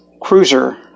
cruiser